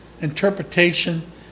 interpretation